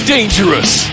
Dangerous